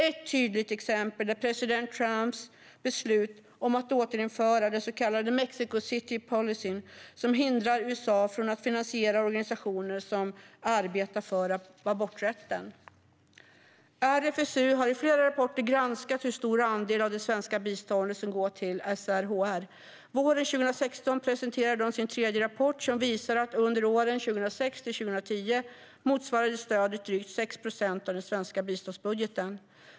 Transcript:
Ett tydligt exempel är president Trumps beslut om att återinföra Mexico City Policy, som hindrar USA från att finansiera organisationer som arbetar för aborträtten. RFSU har i flera rapporter granskat hur stor andel av det svenska biståndet som går till SRHR. Våren 2016 presenterade de sin tredje rapport, som visar att stödet under åren 2006-2010 motsvarade drygt 6 procent av den svenska biståndsbudgeten.